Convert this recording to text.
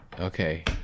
Okay